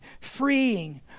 freeing